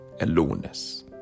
aloneness